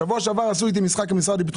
שבוע שעבר עשו איתי משחק במשרד לביטחון